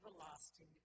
everlasting